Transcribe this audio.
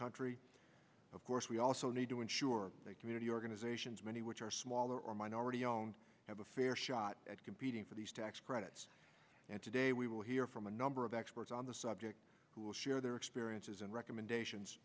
country of course we also need to ensure community organizations many which are smaller or minority owned have a fair shot at competing for these tax credits and today we will hear from a number of experts on the subject who will share their experiences and recommendations